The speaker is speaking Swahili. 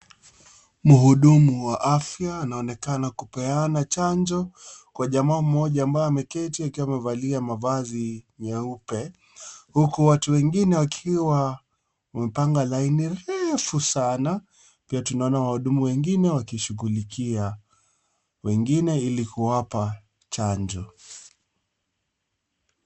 Mhudumu wa afya anaonekana kupeana chanjo kwa jamaa mmoja ambaye ameketi akiwa amevalia mavazi nyeupe huku watu wengine wakiwa wamepanga laini refu sana na pia tunaona wahudumu wengine wakishughulikia wengine ili kuwapa chanjo.